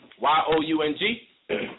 Y-O-U-N-G